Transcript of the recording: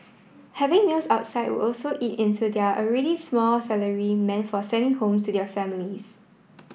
having meals outside would also eat into their already small salary meant for sending home to their families